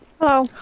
Hello